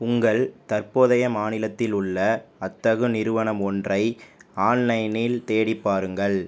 உங்கள் தற்போதைய மாநிலத்தில் உள்ள அத்தகு நிறுவனம் ஒன்றை ஆன்லைனில் தேடிப் பாருங்கள்